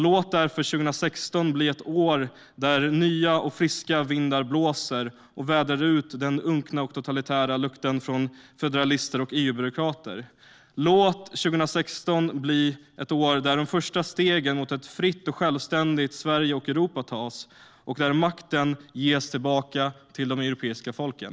Låt därför 2016 bli ett år där nya, friska vindar blåser och vädrar ut den unkna, totalitära lukten från federalister och EU-byråkrater. Låt 2016 bli ett år då de första stegen mot ett fritt och självständigt Sverige och Europa tas och då makten ges tillbaka till de europeiska folken.